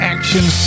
Action